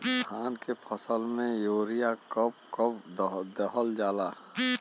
धान के फसल में यूरिया कब कब दहल जाला?